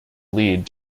lead